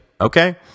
Okay